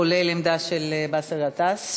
כולל העמדה של באסל גטאס,